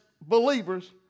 believers